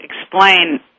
explain